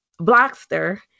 Blockster